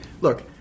Look